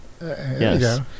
yes